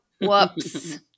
Whoops